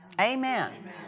Amen